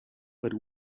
but